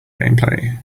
gameplay